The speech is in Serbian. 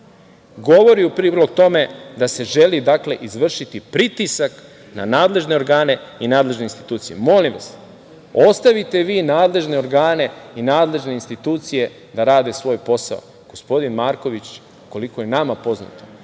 govori u prilog tome da se želi izvršiti pritisak na nadležne organe i nadležne institucije. Molim vas, ostavite vi nadležne organe i nadležne institucije da rade svoj posao. Gospodin Marković, koliko je nama poznato,